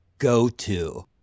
go-to